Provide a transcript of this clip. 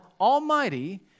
Almighty